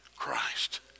Christ